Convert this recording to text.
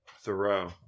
Thoreau